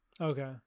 Okay